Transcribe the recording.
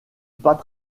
pas